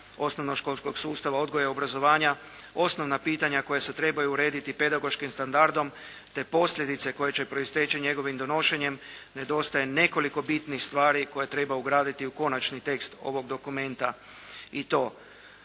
osnovnoškolskog sustava odgoja i obrazovanja, osnovna pitanja koja se trebaju urediti pedagoškim standardom, te posljedice koje će proisteći njegovim donošenjem, nedostaje nekoliko bitnih stvari koje treba ugraditi u konačni tekst ovog dokumenta. I to